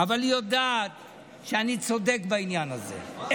אבל היא יודעת שאני צודק בעניין הזה.